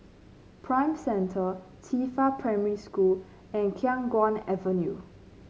Prime Centre Qifa Primary School and Khiang Guan Avenue